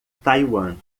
taiwan